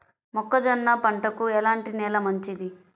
మొక్క జొన్న పంటకు ఎలాంటి నేల మంచిది?